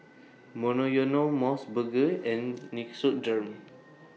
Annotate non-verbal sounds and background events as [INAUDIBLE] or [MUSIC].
[NOISE] Monoyono Mos Burger and [NOISE] Nixoderm